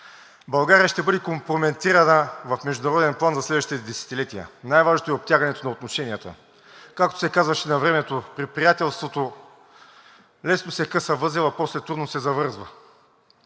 България ще бъде компрометирана в международен план за следващите десетилетия. Най-важното е обтягането на отношенията. Както се казваше навремето при приятелството – лесно се къса възелът, после трудно се завързва.